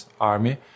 army